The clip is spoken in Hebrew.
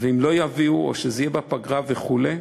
ואם לא יביאו, או שזה יהיה בפגרה וכו'?